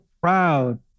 proud